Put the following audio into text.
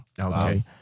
okay